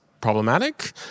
problematic